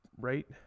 right